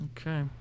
Okay